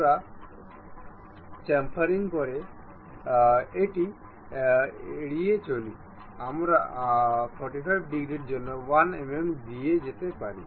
আমরা চমফারিং করে এটি এড়িয়ে চলি আমরা 45 ডিগ্রীর জন্য 1 mm দিয়ে যেতে পারি